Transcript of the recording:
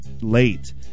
late